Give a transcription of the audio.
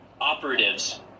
operatives